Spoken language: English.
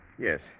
Yes